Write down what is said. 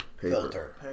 filter